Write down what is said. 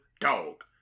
dog